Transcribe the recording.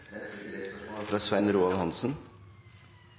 Roald Hansen